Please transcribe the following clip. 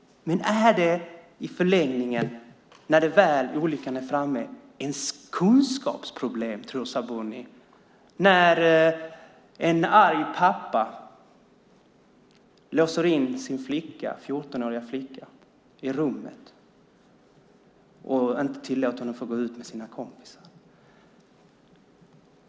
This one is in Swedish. Är det i förlängningen, när väl olyckan är framme, ett kunskapsproblem, Sabuni, när en arg pappa låser in sin 14-åriga flicka i rummet och inte tillåter henne gå ut med kompisarna?